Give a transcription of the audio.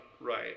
right